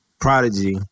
Prodigy